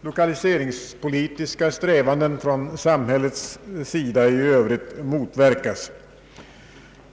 lokaliseringspolitiska strä vanden i övrigt från samhällets sida motverkas.